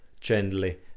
gently